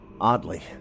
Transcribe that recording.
oddly